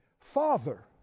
Father